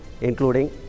including